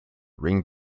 ring